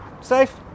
Safe